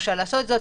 רשאי לעשות זאת,